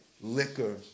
liquor